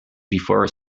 before